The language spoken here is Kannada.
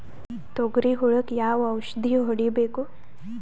ತೊಗರಿ ಹುಳಕ ಯಾವ ಔಷಧಿ ಹೋಡಿಬೇಕು?